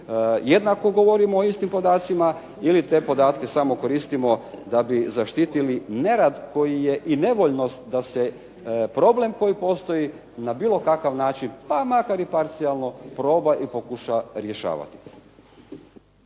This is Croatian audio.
jednako govorimo o istim podacima ili te podatke samo koristimo da bi zaštitili nerad koji je i nevoljnost da se problem koji postoji na bilo kakav način, pa makar i parcijalno proba i pokuša rješavati.